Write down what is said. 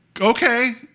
okay